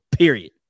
Period